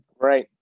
right